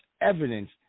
evidence